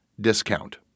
discount